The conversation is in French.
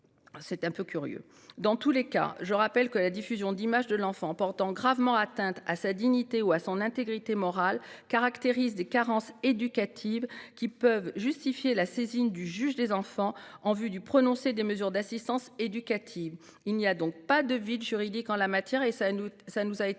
serait un peu curieux. Dans tous les cas, je rappelle que la diffusion d'images de l'enfant « port[ant] gravement atteinte à la dignité ou à l'intégrité morale de celui-ci » caractérise des carences éducatives qui peuvent justifier la saisine du juge des enfants en vue du prononcé de mesures d'assistance éducative. Il n'y a donc pas de vide juridique en la matière, ce qui nous a été